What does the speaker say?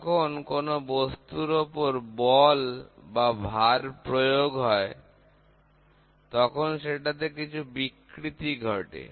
যখন কোন বস্তুর ওপর বল বা ভার প্রয়োগ হয় তখন সেটাতে কিছু বিকৃতি ঘটে